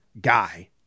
guy